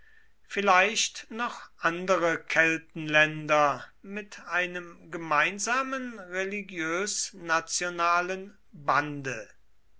vielleicht noch andere keltenländer mit einem gemeinsamen religiös nationalen bande